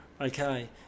Okay